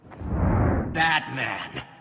Batman